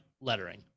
lettering